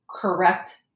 correct